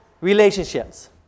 relationships